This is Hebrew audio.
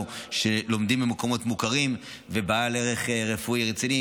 שלומדים במקומות מוכרים ובעלי ערך רפואי רציני,